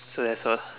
so that's all